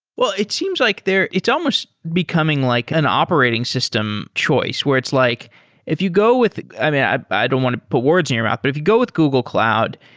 well, it seems like it's almost becoming like an operating system choice where it's like if you go with i mean, i don't want to put words in your mouth, but if you go with google cloud,